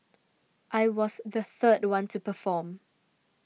I was the third one to perform